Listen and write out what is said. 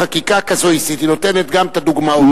היא נותנת גם את הדוגמאות,